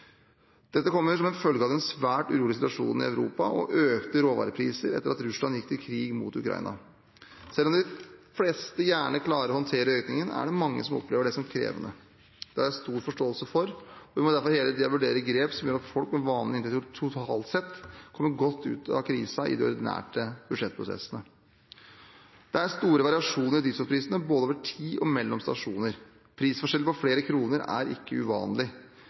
Dette kommer som følge av den svært urolige situasjonen i Europa og økte råvarepriser etter at Russland gikk til krig mot Ukraina. Selv om de fleste gjerne klarer å håndtere økningen, er det mange som opplever den som krevende. Det har jeg stor forståelse for. Vi må derfor hele tiden vurdere grep som gjør at folk med vanlige inntekter, totalt sett kommer godt ut av krisen i de ordinære budsjettprosessene. Det er store variasjoner i drivstoffprisene både over tid og mellom stasjoner. Prisforskjell på flere kroner er ikke uvanlig.